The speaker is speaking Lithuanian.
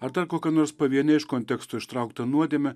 ar tą kokią nors paviene iš konteksto ištraukta nuodėme